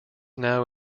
now